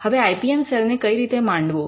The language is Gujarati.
હવે આઇ પી એમ સેલ ને કઈ રીતે રચવો